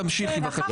תמשיכי, בבקשה.